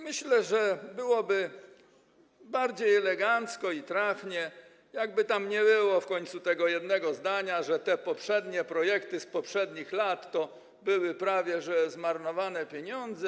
Myślę, że byłoby bardziej elegancko i trafnie, jakby tam nie było w końcu tego jednego zdania, że te poprzednie projekty, z poprzednich lat, to były prawie że zmarnowane pieniądze.